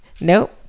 Nope